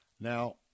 Now